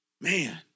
man